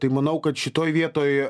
tai manau kad šitoj vietoj